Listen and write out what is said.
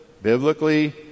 Biblically